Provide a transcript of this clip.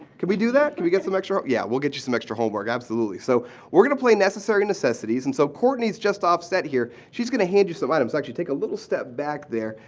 could we do that? could we some extra? yeah, we'll get you some extra homework, absolutely. so we're going to play necessary necessities and so courtney's just off set here. she's going to hand you some items. actually, take a little step back there,